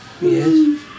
Yes